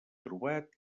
trobat